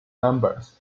numbers